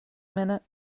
minute